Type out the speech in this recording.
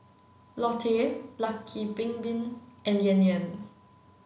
Lotte Lucky Bin Bin and Yan Yan